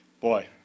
Boy